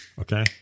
okay